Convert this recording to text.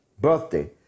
birthday